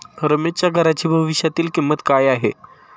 रमेशच्या घराची भविष्यातील किंमत काय आहे?